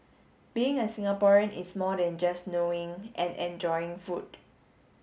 being a Singaporean is more than just knowing and enjoying food